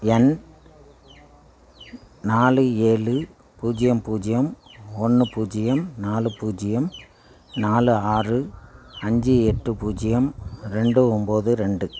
எண் நாலு ஏழு பூஜ்ஜியம் பூஜ்ஜியம் ஒன்று பூஜ்ஜியம் நாலு பூஜ்ஜியம் நாலு ஆறு அஞ்சு எட்டு பூஜ்ஜியம் ரெண்டு ஒம்பது ரெண்டு